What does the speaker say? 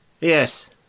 Yes